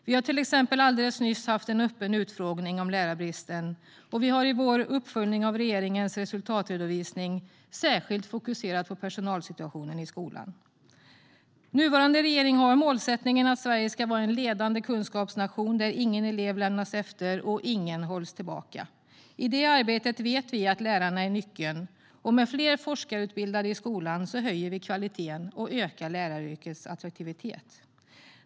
Vi har till exempel alldeles nyss haft en öppen utfrågning om lärarbristen, och vi har i vår uppföljning av regeringens resultatredovisning särskilt fokuserat på personalsituationen i skolan. Nuvarande regering har målsättningen att Sverige ska vara en ledande kunskapsnation där ingen elev lämnas efter och ingen hålls tillbaka. I det arbetet vet vi att lärarna är nyckeln, och med fler forskarutbildade i skolan höjer vi kvaliteten och ökar läraryrkets attraktivitet.